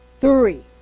three